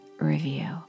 review